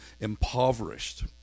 impoverished